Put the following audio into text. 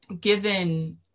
given